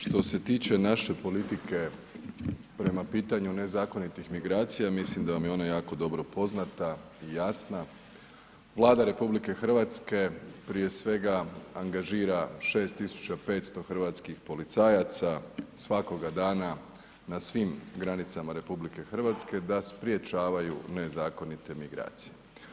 Što se tiče naše politike prema pitanju nezakonitih migracija mislim da vam je ona jako dobro poznata i jasna, Vlada RH prije svega angažira 6.500 hrvatskih policajaca svakoga dana na svim granicama RH da sprječavaju nezakonite migracije.